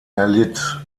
erlitt